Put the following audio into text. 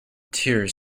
tears